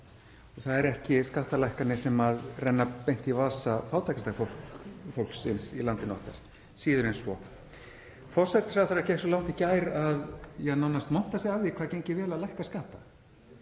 Það eru ekki skattalækkanir sem renna beint í vasa fátækasta fólksins í landinu okkar, síður en svo. Forsætisráðherra gekk svo langt í gær að nánast monta sig af því hvað gengi vel að lækka skatta,